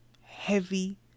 heavy